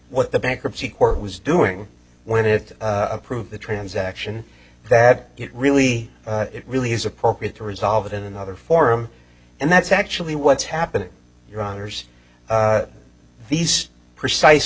what the bankruptcy court was doing when it approved the transaction that it really it really is appropriate to resolve it in another forum and that's actually what's happening your honour's these precise